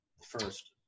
first